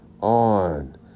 on